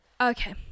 Okay